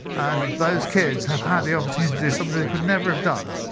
and those kids have had the opportunity do something they could never have done.